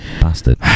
bastard